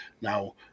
now